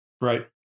Right